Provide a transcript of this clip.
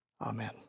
Amen